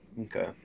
Okay